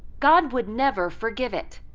god would never forgive it.